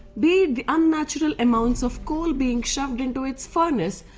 be unnatural amounts of coal being shoved into its furnaces,